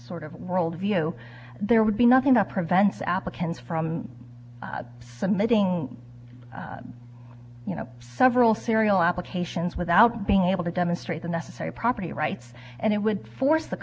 sort of world view there would be nothing up prevents applicants from submitting you know several serial applications without being able to demonstrate the necessary property rights and it would force the